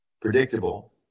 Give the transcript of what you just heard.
predictable